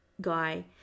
guy